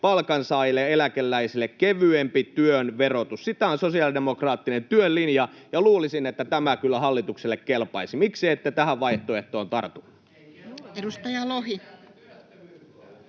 palkansaajille ja eläkeläisille kevyempi työn verotus. Sitä on sosiaalidemokraattinen työn linja, ja luulisin, että tämä kyllä hallitukselle kelpaisi. Miksi ette tähän vaihtoehtoon tartu?